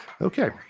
Okay